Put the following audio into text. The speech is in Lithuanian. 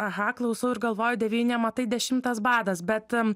aha klausau ir galvoju devyni amatai dešimtas badas bet